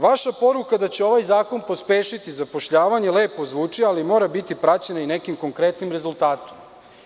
Vaša poruka da će ovaj zakon pospešiti zapošljavanje lepo zvuči, ali mora biti praćena i nekim konkretnim rezultatom.